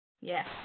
Yes